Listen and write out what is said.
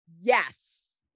yes